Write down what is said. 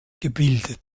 gebildet